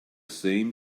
same